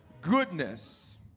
Goodness